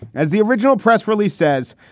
as the original press release says,